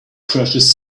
precious